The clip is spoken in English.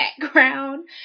background